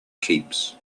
keeps